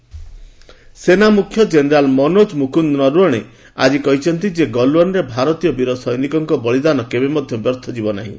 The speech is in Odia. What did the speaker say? ଆମି ଡେ ସେନା ମୁଖ୍ୟ ଜେନେରାଲ୍ ମନୋଚ୍ଚ ମୁକୁନ୍ଦ ନରୱଣେ ଆଜି କହିଛନ୍ତି ଯେ ଗଲୱାନ୍ରେ ଭାରତୀୟ ବୀର ଶୈନିକଙ୍କ ବଳୀଦାନ କେବେ ମଧ୍ୟ ବ୍ୟର୍ଥ ହେବନାହିଁ